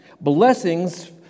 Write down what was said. blessings